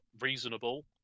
reasonable